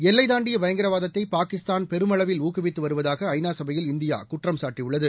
எல்லை தாண்டிய பயங்கரவாதத்தை பாகிஸ்தான் பெரும்ளவில் ஜிக்குவித்து வருவதாக ஐநா சபையில் இந்தியா குற்ற மக்கசாட்டியாள்ளது